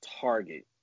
Target